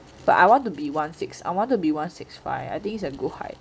but I want to be one six I wanted to be one six five I think it's a good height